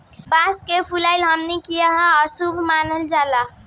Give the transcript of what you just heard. बांस के फुलाइल हमनी के इहां अशुभ मानल जाला